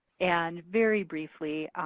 and very briefly,